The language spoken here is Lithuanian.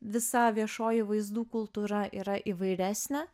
visa viešoji vaizdų kultūra yra įvairesnė